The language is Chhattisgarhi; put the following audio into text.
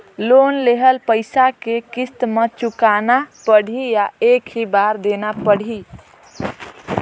लोन लेहल पइसा के किस्त म चुकाना पढ़ही या एक ही बार देना पढ़ही?